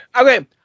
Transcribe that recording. Okay